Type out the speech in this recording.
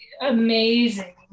amazing